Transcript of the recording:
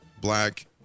black